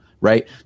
right